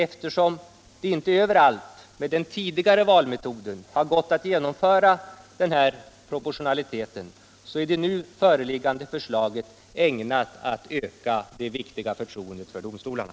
Eftersom det inte överallt, med den tidigare valmetoden, har gått att genomföra den här fördelningen tror jag att det nu föreliggande förslaget är ägnat att öka det viktiga förtroendet för domstolarna.